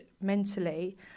mentally